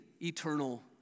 eternal